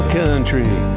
country